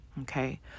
Okay